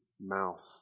mouth